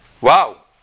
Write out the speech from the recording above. wow